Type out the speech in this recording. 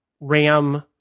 RAM